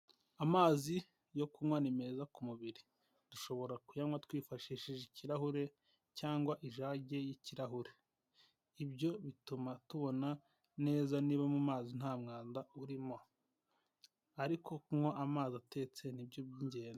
Amazi yo kunywa ni meza ku mubiri, dushobora kuyanywa twifashishije ikirahure cyangwa ijage y'ikirahure, ibyo bituma tubona neza niba mu mazi nta mwanda urimo, ariko kunywa amazi atetse nibyo by'ingenzi.